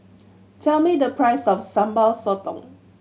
tell me the price of Sambal Sotong